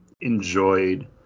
enjoyed